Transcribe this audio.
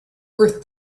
worth